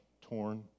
torn